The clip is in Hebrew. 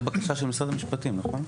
זה בקשה של משרד המשפטים, נכון?